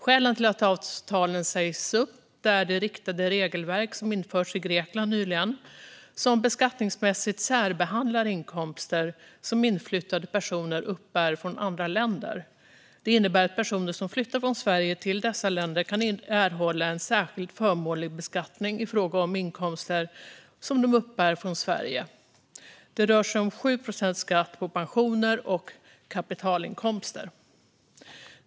Skälet till att avtalet sägs upp är det riktade regelverk som nyligen införts i Grekland och som beskattningsmässigt särbehandlar inkomster som inflyttade personer uppbär från andra länder. Det innebär att personer som flyttar från Sverige till dessa länder kan erhålla en särskilt förmånlig beskattning i fråga om inkomster som de uppbär från Sverige. Det rör sig om 7 procents skatt på pensioner och kapitalinkomster.